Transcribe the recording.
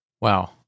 Wow